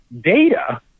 data